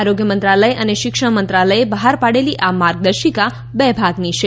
આરોગ્ય મંત્રાલય અને શિક્ષણ મંત્રાલયે બહાર પાડેલી આ માર્ગદર્શિકા બે ભાગની છે